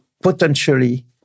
potentially